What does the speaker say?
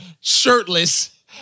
shirtless